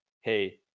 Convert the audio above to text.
hey